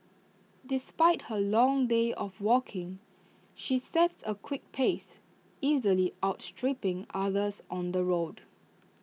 despite her long day of walking she sets A quick pace easily outstripping others on the road